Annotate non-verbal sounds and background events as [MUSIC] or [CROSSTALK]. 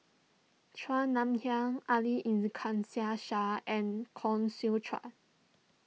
Chua Nam Hai Ali [UNINTELLIGIBLE] Shah and Koh Seow Chuan